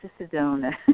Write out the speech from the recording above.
Sedona